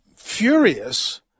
furious